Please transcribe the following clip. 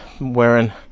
wearing